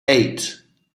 eight